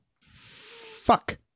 Fuck